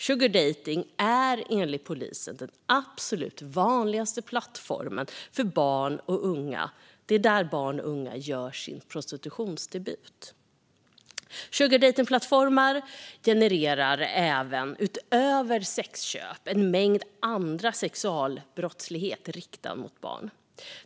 Sugardejtning är enligt polisen den absolut vanligaste plattform där barn och unga gör sin prostitutionsdebut. Sugardejtningsplattformar genererar utöver sexköp en mängd annan sexualbrottslighet riktad mot barn.